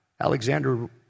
Alexander